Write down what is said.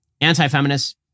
anti-feminist